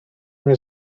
mnie